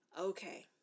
Okay